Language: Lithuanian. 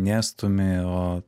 nestumi o